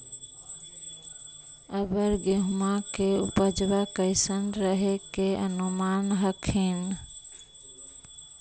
अबर गेहुमा के उपजबा कैसन रहे के अनुमान हखिन?